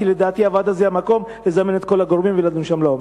כי לדעתי הוועדה היא המקום לזמן את כל הגורמים ולדון לעומק.